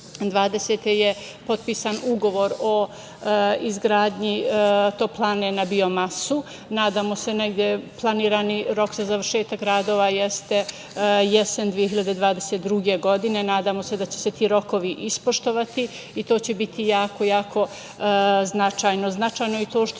2020. je potpisan ugovor o izgradnji toplane na biomasu. Nadamo se negde planirani rok za završetak radova jeste jesen 2022. godine. Nadamo se da će se ti rokovi ispoštovati i to će biti jako značajno. Značajno je i to što